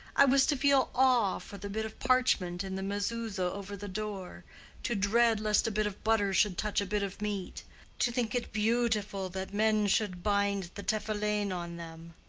i was to feel awe for the bit of parchment in the mezuza over the door to dread lest a bit of butter should touch a bit of meat to think it beautiful that men should bind the tephillin on them,